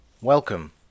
Welcome